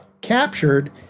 captured